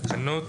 תקנות.